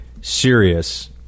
serious